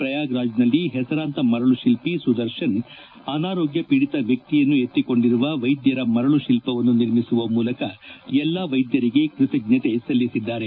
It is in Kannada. ಪ್ರಯಾಗ್ರಾಜ್ನಲ್ಲಿ ಹೆಸರಾಂತ ಮರಳುಶಿಲ್ಪಿ ಸುದರ್ಶನ್ ಅನಾರೋಗ್ಯ ಪೀಡಿತ ವ್ಯಕ್ತಿಯನ್ನು ಎತ್ತಿಕೊಂಡಿರುವ ವೈದ್ಯರ ಮರಳು ಶಿಲ್ಪವನ್ನು ನಿರ್ಮಿಸುವ ಮೂಲಕ ಎಲ್ಲಾ ವೈದ್ಯರಿಗೆ ಕೃತಜ್ಞತೆ ಸಲ್ಲಿಸಿದ್ದಾರೆ